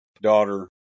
Daughter